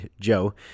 Joe